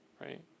right